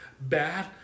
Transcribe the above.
bad